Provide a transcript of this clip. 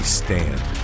stand